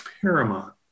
paramount